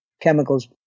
chemicals